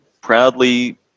proudly